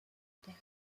père